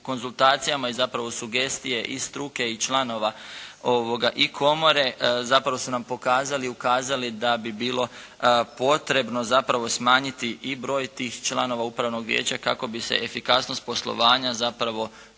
konzultacijama i zapravo sugestije i struke i članova i komore zapravo su nam pokazali i ukazali da bi bilo potrebno zapravo smanjiti i broj tih članova upravnog vijeća kako bi se efikasnost poslovanja zapravo